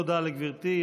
תודה לגברתי.